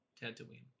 Tatooine